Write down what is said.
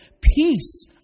Peace